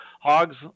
hogs